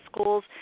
schools